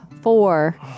four